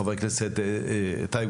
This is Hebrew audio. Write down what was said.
חבר הכנסת טייב,